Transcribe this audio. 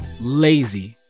lazy